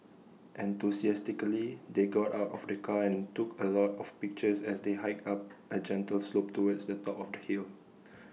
enthusiastically they got out of the car and took A lot of pictures as they hiked up A gentle slope towards the top of the hill